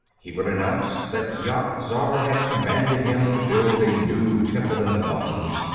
he would announce that yat-zar had commanded him to build a new temple in the mountains,